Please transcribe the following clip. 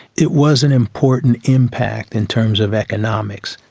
it was an important impact in terms of economics.